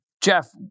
Jeff